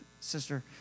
Sister